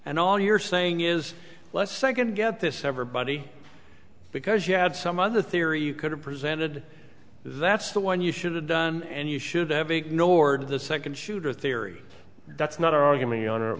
and all you're saying is let's second get this everybody because you have some other theory you could have presented that's the one you should have done and you should have ignored the second shooter theory that's not argument